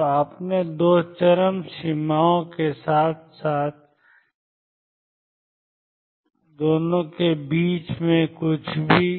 तो आपने दो चरम सीमाओं के साथ साथ बीच में कुछ भी